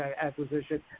acquisition